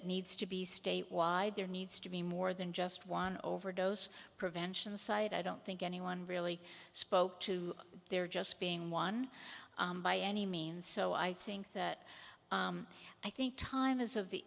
it needs to be state wide there needs to be more than just one overdose prevention side i don't think anyone really spoke to their just being one by any means so i think that i think time is of the